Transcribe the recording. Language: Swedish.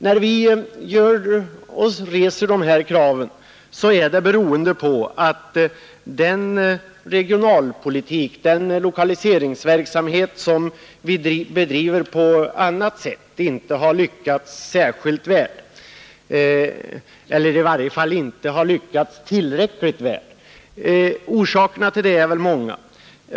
Att vi reser dessa krav är beroende på att den regionalpolitik och den lokaliseringsverksamhet som vi bedriver på annat sätt inte har lyckats särskilt väl eller i varje fall inte har lyckats tillräckligt väl. Orsakerna därtill är många.